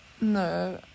no